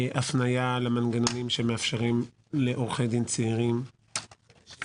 הפניה למנגנונים שמאפשרים לעורכי דין צעירים חדשים